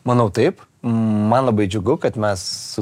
manau taip man labai džiugu kad mes